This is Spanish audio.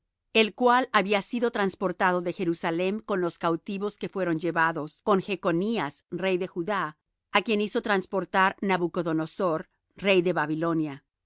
el cual había sido trasportado de jerusalem con los cautivos que fueron llevados con jechnías rey de judá á quien hizo trasportar nabucodonosor rey de babilonia